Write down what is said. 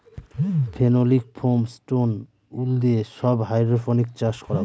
phenolic foam, stone wool দিয়ে সব hydroponics চাষ করাবো